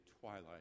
twilight